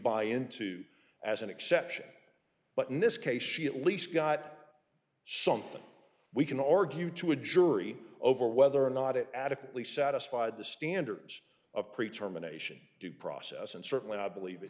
buy into as an exception but in this case she at least got something we can argue to a jury over whether or not it adequately satisfied the standards of pre term a nation due process and certainly i believe it